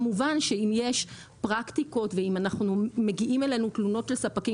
כמובן שאם יש פרקטיקות ואם מגיעות אלינו תלונות של ספקים